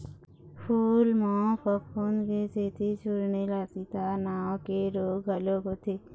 फूल म फफूंद के सेती चूर्निल आसिता नांव के रोग घलोक होथे